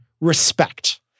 Respect